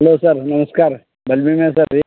hello sir ನಮಸ್ಕಾರ ಡಲ್ವಿನ್ ಅದಾರಾ ರೀ